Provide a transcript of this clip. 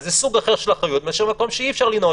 זה סוג אחר של אחריות מאשר במקום שאי-אפשר לנעול.